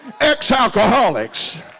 ex-alcoholics